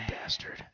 bastard